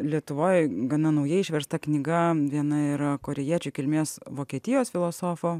lietuvoj gana nauja išversta knyga viena yra korėjiečių kilmės vokietijos filosofo